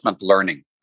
learning